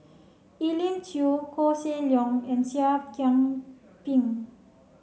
Elim Chew Koh Seng Leong and Seah Kian Peng